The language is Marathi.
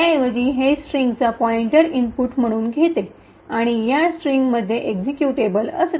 त्याऐवजी हे स्ट्रिंगचा पॉईंटर इनपुट म्हणून घेते आणि या स्ट्रिंगमध्ये एक्झिक्युटेबल असते